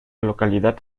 localidad